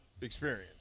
experience